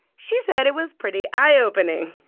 she said it was pretty eye opening.